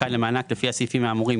הזכאית למענק לפי הסעיפים האמורים,